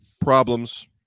problems